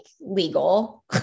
legal